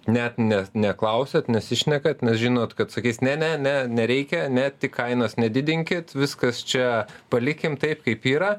net ne neklausiate nesišnekate nes žinot kad sakys ne ne ne nereikia ne tik kainos nedidinkit viskas čia palikim taip kaip yra